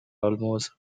almost